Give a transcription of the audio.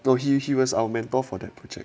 no he he was our mentor for the project